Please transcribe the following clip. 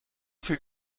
viel